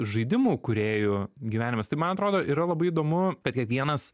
žaidimų kūrėjų gyvenimas tai man atrodo yra labai įdomu kad kiekvienas